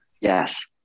Yes